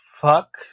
fuck